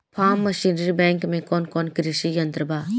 Form machinery bank में कौन कौन कृषि यंत्र बा?